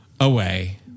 away